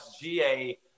GA